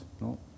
no